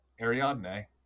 Ariadne